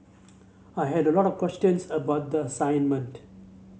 I had a lot of questions about the assignment